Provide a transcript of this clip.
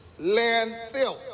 landfill